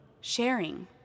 sharing